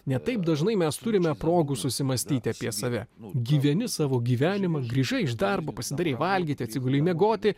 ne taip dažnai mes turime progų susimąstyti apie save gyveni savo gyvenimą grįžai iš darbo pasidariai valgyti atsiguliai miegoti